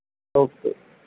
okay